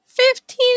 Fifteen